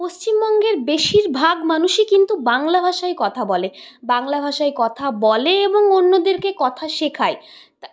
পশ্চিমবঙ্গের বেশিরভাগ মানুষই কিন্তু বাংলা ভাষায় কথা বলে বাংলা ভাষায় কথা বলে এবং অন্যদেরকে কথা শেখায় তা